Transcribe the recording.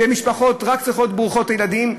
ומשפחות ברוכות ילדים.